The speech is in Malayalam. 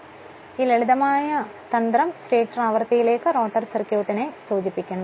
അതിനാൽ ഈ ലളിതമായ സൂത്രം സ്റ്റേറ്റർ ആവൃത്തിയിലേക്ക് റോട്ടർ സർക്യൂട്ടിനെ സൂചിപ്പിക്കുന്നു